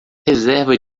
reserva